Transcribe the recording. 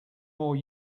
more